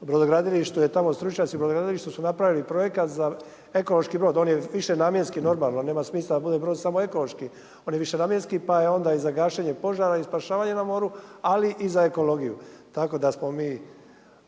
brod i stručnjaci u brodogradilištu su napravili projekat za ekološki brod. On je višenamjenski normalno, nema smisla da bude brod samo ekološki, on je višenamjenski pa je onda i za gašenje požara i spašavanje na moru, ali i za ekologiju. Tako da smo mi